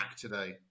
today